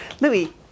Louis